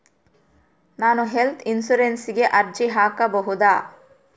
ನಾನು ಹೆಲ್ತ್ ಇನ್ಶೂರೆನ್ಸಿಗೆ ಅರ್ಜಿ ಹಾಕಬಹುದಾ?